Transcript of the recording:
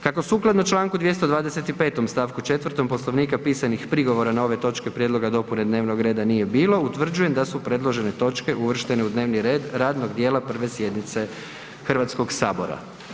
Kako sukladno Članku 225. stavku 4. Poslovnika pisanih prigovora na ove točke prijedloga dopune dnevnog reda nije bilo utvrđujem da su predložene točke uvrštene u dnevni red radnog dijela 1. sjednice Hrvatskog sabora.